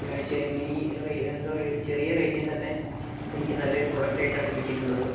mini എന്താ പറയുക ഒരു ചെറിയ റേറ്റിൽ തന്നെ എനിക്ക് നല്ലൊരു പ്രൊഡക്റ്റ് ആയിട്ടാണ് കിട്ടിയിട്ടുള്ളത്